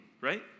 right